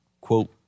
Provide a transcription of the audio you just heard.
quote